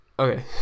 Okay